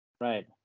Right